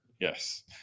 yes